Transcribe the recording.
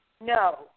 no